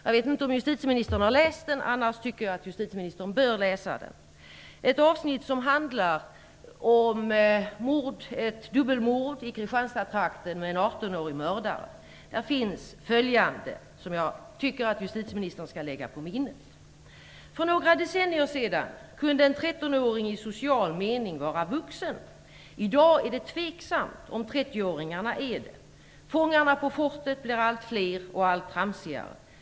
Jag vet inte om justitieministern har läst den. Om inte, tycker jag att hon bör göra det. Det är ett avsnitt som handlar om ett dubbelmord i Kristianstadstrakten som begåtts av en 18-årig mördare. Det innehåller följande som jag tycker att justitieministern skall lägga på minnet: För några decennier sedan kunde en 13-åring i social mening vara vuxen. I dag är det tveksamt om 30-åringarna är det. Fångarna på fortet blir allt fler och allt tramsigare.